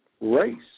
race